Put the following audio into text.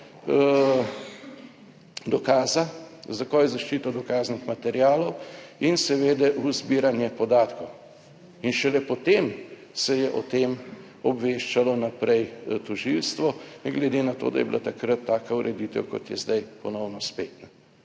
dokaza, takoj zaščito dokaznih materialov in seveda v zbiranje podatkov in šele potem se je o tem obveščalo naprej tožilstvo, ne glede na to, da je bila takrat taka ureditev, kot je zdaj ponovno spet.